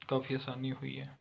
ਕਾਫੀ ਆਸਾਨੀ ਹੋਈ ਹੈ